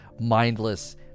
mindless